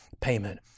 payment